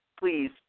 please